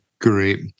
Great